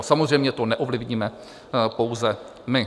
Samozřejmě to neovlivníme pouze my.